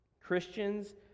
Christians